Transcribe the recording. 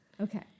Okay